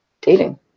dating